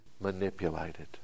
manipulated